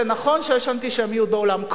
זה נכון שיש אנטישמיות בעולם.